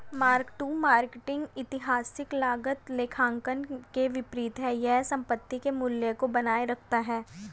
mark to market ऐतिहासिक लागत लेखांकन के विपरीत है यह संपत्ति के मूल्य को बनाए रखता है